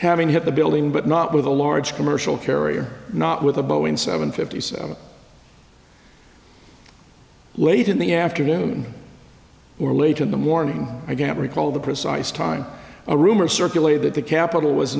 having hit the building but not with a large commercial carrier not with a boeing seven fifty seven late in the afternoon or late in the morning i can't recall the precise time a rumor circulated that the capitol was